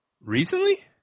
recently